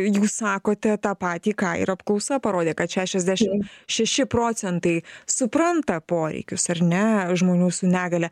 jūs sakote tą patį ką ir apklausa parodė kad šešiasdešim šeši procentai supranta poreikius ar ne žmonių su negalia